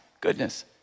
goodness